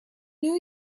new